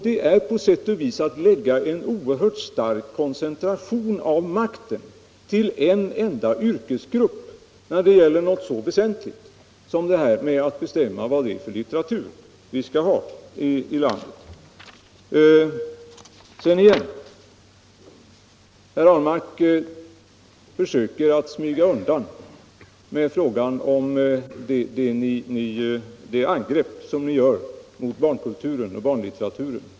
Det är att lägga en oerhört stark koncentration av makten på en enda yrkesgrupp, och det är betänkligt när det gäller någonting så väsentligt som att bestämma vad det är för litteratur vi skall ha i landet. Herr Ahlmark försöker smyga undan frågan om det angrepp de borgerliga gör på barnkulturen och barnlitteraturen.